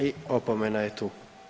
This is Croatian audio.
I opomena je tu.